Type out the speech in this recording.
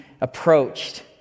approached